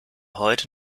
heute